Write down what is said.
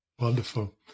Wonderful